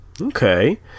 Okay